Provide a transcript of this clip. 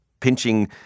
pinching